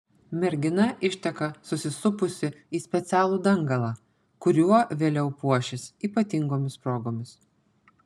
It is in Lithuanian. mergina išteka susisupusi į specialų dangalą kuriuo vėliau puošis ypatingomis progomis